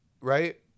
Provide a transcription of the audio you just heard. right